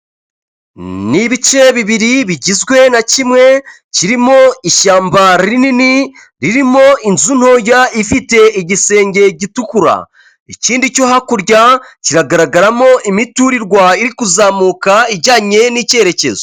Ni ibice bibiri bigizwe na kimwe kirimo ishyamba rinini ririmo inzu ntoya ifite igisenge gitukura, ikindi cyo hakurya kiragaragaramo imiturirwa iri kuzamuka ijyanye n'icyerekezo.